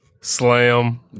slam